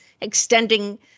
extending